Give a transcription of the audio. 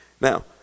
now